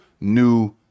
new